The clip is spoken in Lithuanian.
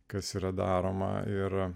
kas yra daroma yra